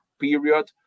period